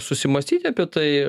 susimąstyti apie tai